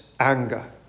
Anger